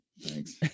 Thanks